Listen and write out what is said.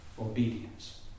obedience